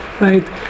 right